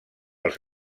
els